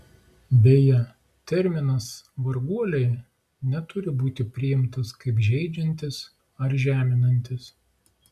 beje terminas varguoliai neturi būti priimtas kaip žeidžiantis ar žeminantis